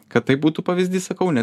kad tai būtų pavyzdys sakau ne